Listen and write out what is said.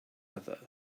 other